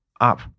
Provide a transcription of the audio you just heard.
up